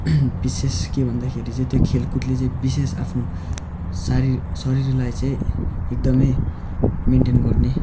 विशेष के भन्दाखेरि चाहिँ त्यो खेलकुदले चाहिँ विशेष आफ्नो शरीर शरीरलाई चाहिँ एकदमै मेन्टेन गर्ने